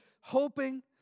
hoping